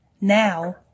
Now